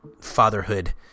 fatherhood